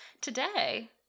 Today